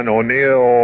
O'Neill